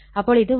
അപ്പോൾ ഇത് 1